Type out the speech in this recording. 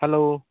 hello